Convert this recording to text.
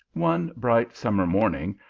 one bright summer morning,